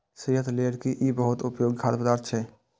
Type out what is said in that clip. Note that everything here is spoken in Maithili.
सेहत लेल ई बहुत उपयोगी खाद्य पदार्थ छियै